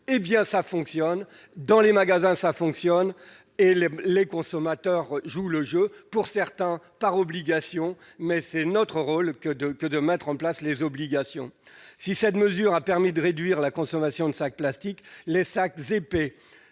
Eh bien, dans les magasins, cela fonctionne ! Les consommateurs jouent le jeu, par choix ou par obligation, mais c'est bien notre rôle que de mettre en place de telles obligations. Si cette mesure a permis de réduire la consommation de sacs en plastique, les sacs épais